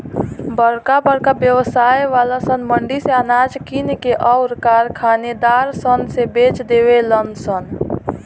बरका बरका व्यवसाय वाला सन मंडी से अनाज किन के अउर कारखानेदार सन से बेच देवे लन सन